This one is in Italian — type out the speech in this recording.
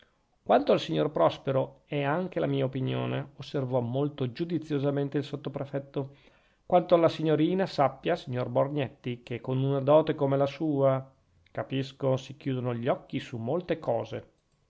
quanto al signor prospero è anche la mia opinione osservò molto giudiziosamente il sottoprefetto quanto alla signorina sappia signor borgnetti che con una dote come la sua capisco si chiudono gli occhi su molte cose